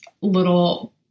little